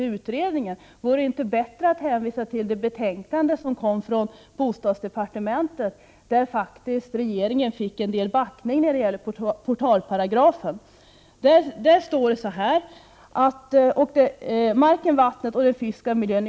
Jag medger emellertid att det var en skärpning. Jag tycker också att det är angeläget att man verkligen betonar långsiktigheten när det gäller resursanvändningen. Då skall naturligtvis naturvården tillmätas en mycket stor betydelse.